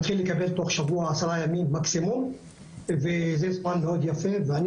הוא מתחיל לקבל תוך שבוע-עשרה ימים מקסימום וזה זמן מאוד יפה ואני